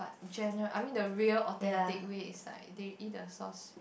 but gener~ I mean the real authentic way is like they eat the sauce